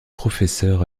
professeur